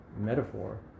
metaphor